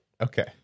Okay